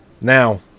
Now